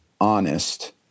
honest